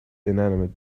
inanimate